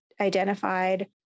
identified